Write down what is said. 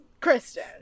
Kristen